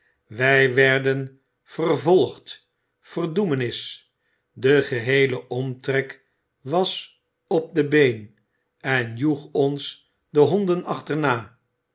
wij werden vervolgd verdoemenis de geheele omtrek was op de been en joeg ons de honden achterna